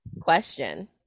Question